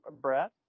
Brad